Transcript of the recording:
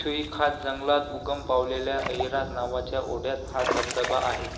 छुईखाज जंगलात उगम पावलेल्या अहिराग नावाच्या ओढ्यात हा धबधबा आहे